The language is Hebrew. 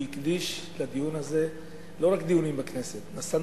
(תיקון), התשע"א 2011, נתקבל.